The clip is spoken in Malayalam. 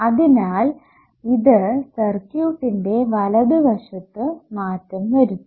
അതിനാൽ ഇത് സർക്യൂട്ടിന്റെ വലതു വശത്തു മാറ്റം വരുത്തും